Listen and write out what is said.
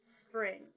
Spring